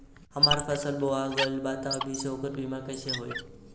हमार फसल बोवा गएल बा तब अभी से ओकर बीमा कइसे होई?